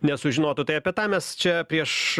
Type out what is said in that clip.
nesužinotų tai apie tą mes čia prieš